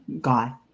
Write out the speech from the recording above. guy